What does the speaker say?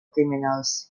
criminals